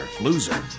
Loser